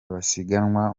basiganwa